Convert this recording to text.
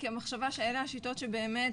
כי המחשבה שאלה השיטות שבאמת,